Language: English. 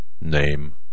name